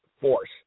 force